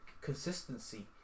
consistency